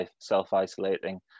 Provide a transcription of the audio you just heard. self-isolating